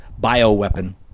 bioweapon